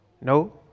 No